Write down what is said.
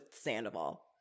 Sandoval